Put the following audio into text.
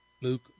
Luke